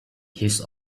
his